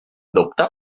dubte